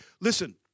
Listen